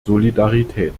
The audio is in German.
solidarität